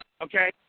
okay